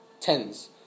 tens